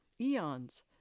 eons